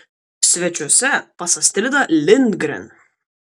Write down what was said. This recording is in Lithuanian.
svečiuose pas astridą lindgren